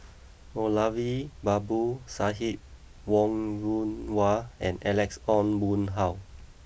Moulavi Babu Sahib Wong Yoon Wah and Alex Ong Boon Hau